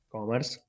Commerce